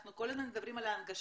אנחנו כל הזמן מדברים על ההנגשה,